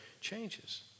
changes